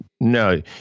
no